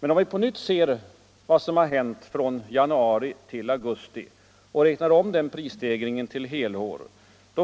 Men om vi på nytt ser på vad som har hänt från januari till augusti och räknar om den prisstegringen till helår